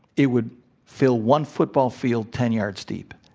it would fill one football field ten yards deep.